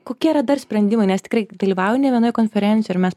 kokie yra dar sprendimai nes tikrai dalyvauji ne vienoj konferencijoj ir mes